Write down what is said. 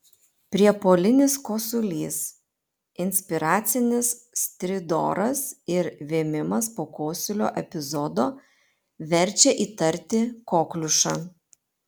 priepuolinis kosulys inspiracinis stridoras ir vėmimas po kosulio epizodo verčia įtarti kokliušą